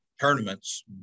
tournaments